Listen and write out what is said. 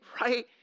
right